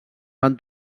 van